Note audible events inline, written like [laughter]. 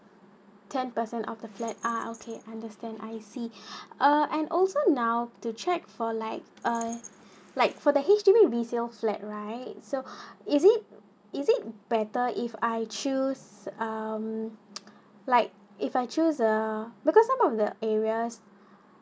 ten percent of the flat ah okay understand I see [breath] uh I also now to check for like uh like for the H_D_B resale flat right so [breath] is it is it better if I choose um [noise] like if I choose uh because of the areas